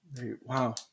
Wow